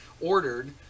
ordered